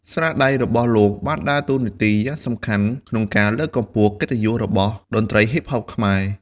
ស្នាដៃរបស់លោកបានដើរតួនាទីយ៉ាងសំខាន់ក្នុងការលើកកម្ពស់កិត្តិយសរបស់តន្ត្រីហ៊ីបហបខ្មែរ។